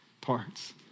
parts